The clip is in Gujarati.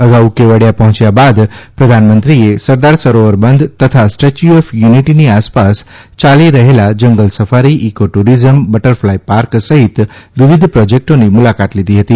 અગાઉ કેવડીયા પહોંચ્યા બાદ પ્રધાનમંત્રીએ સરદાર સરોવર બંધ તથા સ્ટેચ્યુ ઓફ યુનીટીની આસપાસ યાલી રહેલા જંગલ safari eco tourism cactus garden butterfly park સહિત વિવિધ પ્રોજેક્ટોની મુલાકાત લીધી હતી